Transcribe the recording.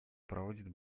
проводит